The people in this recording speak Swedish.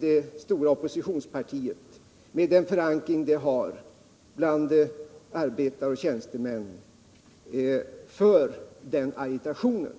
det stora oppositionspartiet med den förankring det har bland arbetare och tjänstemän för den agitationen.